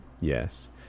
Yes